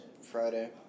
Friday